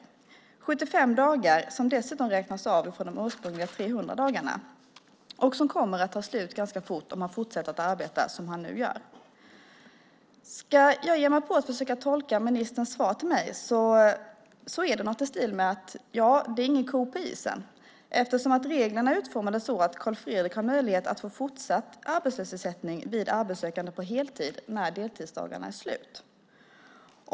Det är 75 dagar som dessutom räknas av från de ursprungliga 300 dagarna och som kommer att ta slut ganska fort om han fortsätter att arbeta som han nu gör. Om jag ska ge mig på att försöka tolka ministerns svar till mig är det något i stil med: Det är ingen ko på isen eftersom reglerna är utformade så att Karl-Fredrik har möjlighet att få fortsatt arbetslöshetsersättning vid arbetssökande på heltid när deltidsdagarna är slut.